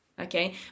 Okay